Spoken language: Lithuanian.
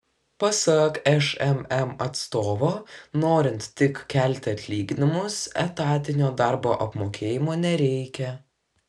pasak šmm atstovo norint tik kelti atlyginimus etatinio darbo apmokėjimo nereikia